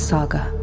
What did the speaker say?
Saga